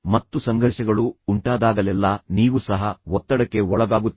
ಮತ್ತು ಸಂಘರ್ಷಗಳು ಉಂಟಾದಾಗಲೆಲ್ಲಾ ನೀವು ಸಹ ಒತ್ತಡಕ್ಕೆ ಒಳಗಾಗುತ್ತೀರಿ